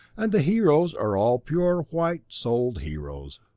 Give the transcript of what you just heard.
and the heroes are all pure white souled heroes.